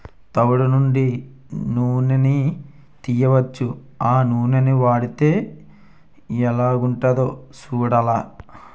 తవుడు నుండి నూనని తీయొచ్చు ఆ నూనని వాడితే ఎలాగుంటదో సూడాల